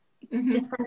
different